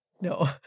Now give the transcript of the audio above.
No